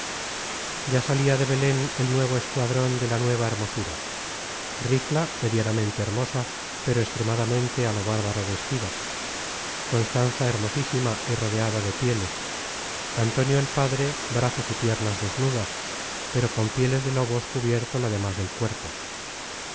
ya salia de belen el nuevo escuadron de la nueva hermosura ricla medianamente hermosa pero extremadamente á lo bárbaro vestida constanza hermosísima y rodeada de pieles antonio el padre brazos y piernas desnudas pero con pieles de lobos cubierto lo demas del cuerpo